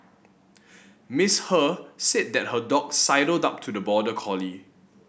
Miss He said that her dog sidled up to the border collie